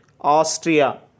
Austria